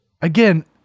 Again